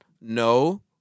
No